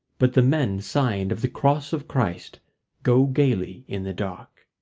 but the men signed of the cross of christ go gaily in the dark.